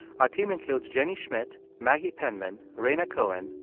our team includes jenny schmidt, maggie penman, rhaina cohen,